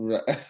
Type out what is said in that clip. Right